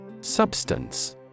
Substance